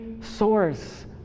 source